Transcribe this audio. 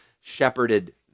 shepherded